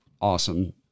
awesome